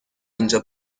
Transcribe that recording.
اینجا